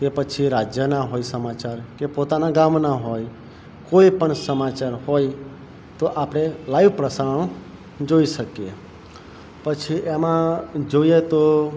કે પછી રાજ્યના હોય સમાચાર કે પોતાના ગામના હોય કોઈપણ સમાચાર હોય તો આપણે લાઈવ પ્રસારણ જોઈ શકીએ પછી એમાં જોઈએ તો